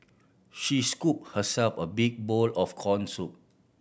she scoop herself a big bowl of corn soup